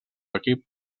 equip